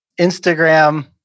Instagram